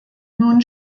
nun